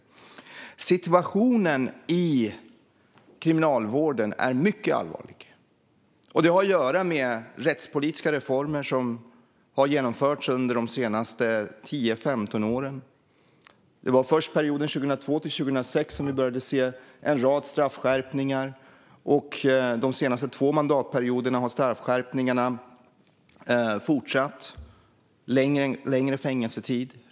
Situationen i kriminalvården är mycket allvarlig. Det har att göra med rättspolitiska reformer som har genomförts under de senaste 10-15 åren. Det var först under perioden 2002-2006 som vi började se en rad straffskärpningar. De senaste två mandatperioderna har straffskärpningarna fortsatt i form av längre fängelsetid.